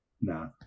No